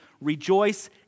Rejoice